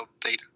data